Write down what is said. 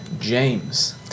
James